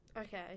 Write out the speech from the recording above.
Okay